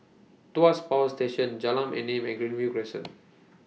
Tuas Power Station Jalan Enam and Greenview Crescent